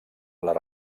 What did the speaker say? les